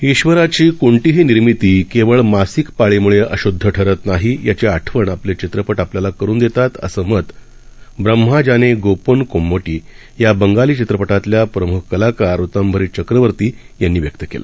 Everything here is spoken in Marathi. ईश्वराचीकोणतीहीनिर्मितीकेवळमासिकपाळीमुळेअशुद्धठरतनाहीयाचीआठवणआपलेचित्रपटआपल्यालाक रूनदेतातअसंमतब्रम्हाजानेगोपोनकोम्मोटीयाबंगालीचित्रपटातल्याप्रम्खकलाकारऋतांभरीचक्रवर्तीयांनी व्यक्तकेलं